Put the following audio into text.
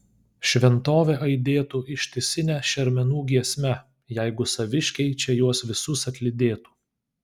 šventovė aidėtų ištisine šermenų giesme jeigu saviškiai čia juos visus atlydėtų